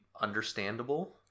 understandable